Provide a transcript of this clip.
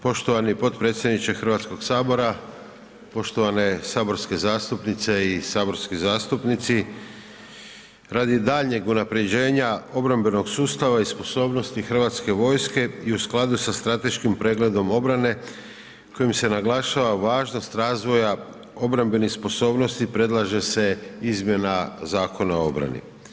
Poštovani potpredsjedniče Hrvatskog sabora, poštovane saborske zastupnice i saborski zastupnici, radi daljnjeg unapređenja obrambenog sustava i sposobnosti Hrvatske vojske i u skladu sa strateškim pregledom obrane kojim se naglašava važnost razvoja obrambenih sposobnosti predlaže se izmjena Zakona o obrani.